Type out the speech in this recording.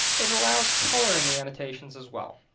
it allows color in the annotations as well.